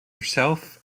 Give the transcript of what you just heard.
herself